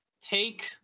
take